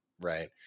Right